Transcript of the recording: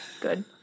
good